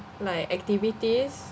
like activities